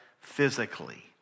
physically